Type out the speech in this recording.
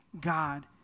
God